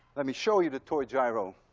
let me show you the toy gyro